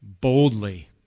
Boldly